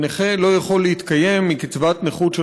ולא יכול להתקיים מקצבת נכות של